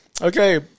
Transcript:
Okay